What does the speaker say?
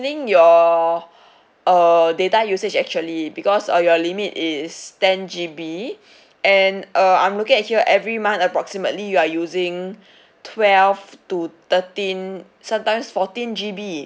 exceeding your err data usage actually because uh your limit is ten G_B and uh I'm looking at here every month approximately you are using twelve to thirteen sometimes fourteen G_B